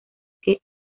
que